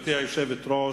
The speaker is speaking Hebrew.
גברתי היושבת-ראש,